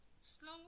slow